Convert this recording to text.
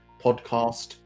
podcast